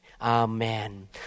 Amen